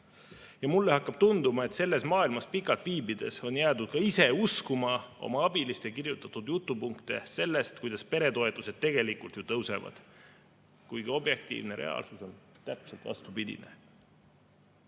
Mulle hakkab tunduma, et selles maailmas pikalt viibides on jäädud ka ise uskuma oma abiliste kirjutatud jutupunkte sellest, kuidas peretoetused tegelikult ju tõusevad. Kuigi objektiivne reaalsus on täpselt vastupidine. Täpselt